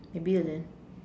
maybe and then